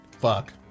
Fuck